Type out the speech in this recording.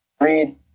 read